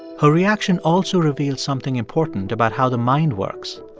her reaction also reveals something important about how the mind works,